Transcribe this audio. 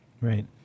Right